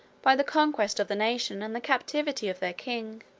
by the conquest of the nation, and the captivity of their king.